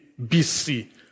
BC